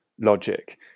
logic